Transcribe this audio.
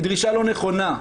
היא דרישה לא נכונה.